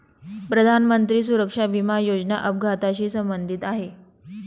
प्रधानमंत्री सुरक्षा विमा योजना अपघाताशी संबंधित आहे